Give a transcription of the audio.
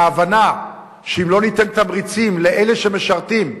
ההבנה שאם לא ניתן תמריצים לאלה שמשרתים,